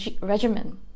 regimen